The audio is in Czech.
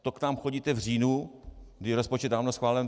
To k nám chodíte v říjnu, kdy rozpočet je dávno schválen?